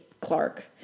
Clark